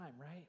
right